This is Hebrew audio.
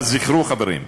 אבל זכרו, חברים,